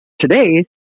today